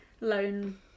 lone